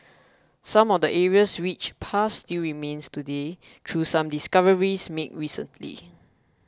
some of the area's rich past still remains today through some discoveries made recently